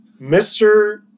Mr